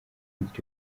kugira